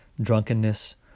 drunkenness